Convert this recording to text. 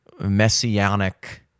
messianic